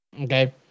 okay